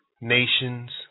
nations